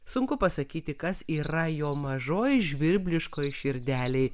sunku pasakyti kas yra jo mažoj žvirbliškoj širdelėj